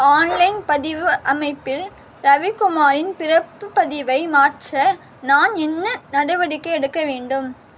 online பதிவு அமைப்பில் ரவிக்குமாரின் பிறப்புப் பதிவை மாற்ற நான் என்ன நடவடிக்கை எடுக்க வேண்டும்